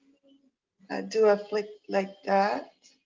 i'll do a flick like that.